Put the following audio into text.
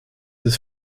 des